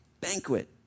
banquet